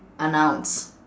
are nouns